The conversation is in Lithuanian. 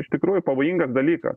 iš tikrųjų pavojingas dalykas